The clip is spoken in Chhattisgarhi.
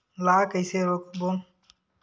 ला कइसे रोक बोन?